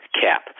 cap